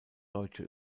deutsche